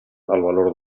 valor